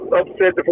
upset